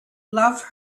love